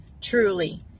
truly